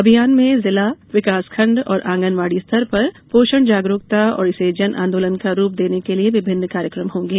अभियान में जिला विकासखंड और आंगनवाड़ी स्तर पर पोषण जागरूकता और इसे जन आंदोलन का रूप देने के लिए विभिन्न कार्यक्रम होंगे